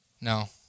No